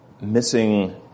missing